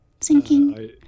Sinking